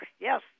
Yes